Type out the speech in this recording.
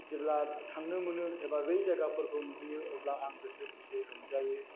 जेब्ला थांनो मोनो एबा बे जायगाफोरखौ नुहैयो अब्ला आं गोसो खुसियै रंजायो